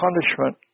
punishment